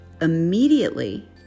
immediately